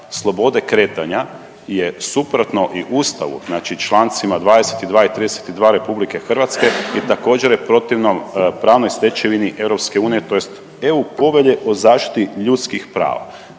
slobode kretanja je suprotno i Ustavu znači čl. 22. i 32. RH je također protivno pravnoj stečevini EU tj. EU povelje o zaštiti ljudskih prava.